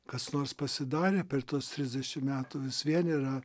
kas nors pasidarė per tuos trisdešim metų vis vien yra